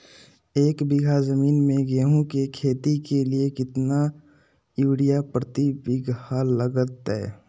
एक बिघा जमीन में गेहूं के खेती के लिए कितना यूरिया प्रति बीघा लगतय?